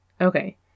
Okay